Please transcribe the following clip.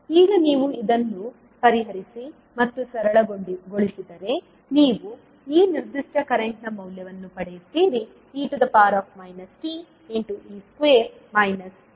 ಈಗ ನೀವು ಇದನ್ನು ಪರಿಹರಿಸಿ ಮತ್ತು ಸರಳಗೊಳಿಸಿದರೆ ನೀವು ಈ ನಿರ್ದಿಷ್ಟ ಕರೆಂಟ್ನ ಮೌಲ್ಯವನ್ನು ಪಡೆಯುತ್ತೀರಿ e t